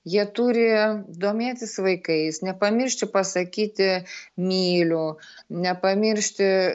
jie turi domėtis vaikais nepamiršti pasakyti myliu nepamiršti